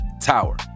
Tower